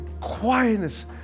quietness